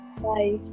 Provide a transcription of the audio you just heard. Bye